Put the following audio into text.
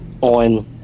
on